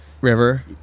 river